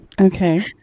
Okay